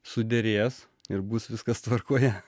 suderės ir bus viskas tvarkoje